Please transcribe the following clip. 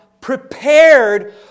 prepared